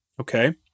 okay